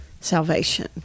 salvation